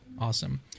Awesome